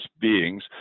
beings